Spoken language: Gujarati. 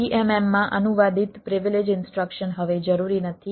VMM માં અનુવાદિત પ્રિવિલેજ ઇન્સ્ટ્રક્શન હવે જરૂરી નથી